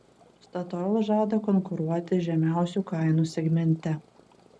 statoil žada konkuruoti žemiausių kainų segmente